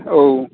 औ